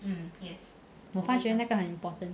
我发觉那个很 important